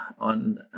on